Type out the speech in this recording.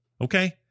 Okay